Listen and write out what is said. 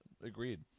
agreed